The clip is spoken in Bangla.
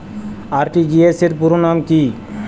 আর.টি.জি.এস র পুরো নাম কি?